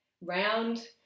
round